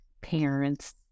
parents